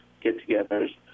get-togethers